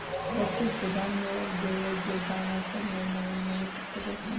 कब तक गोदाम में रख देबे जे दाना सब में नमी नय पकड़ते?